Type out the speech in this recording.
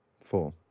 Four